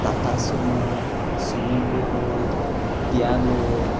Tata sumo sumo gold Tiago